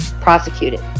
prosecuted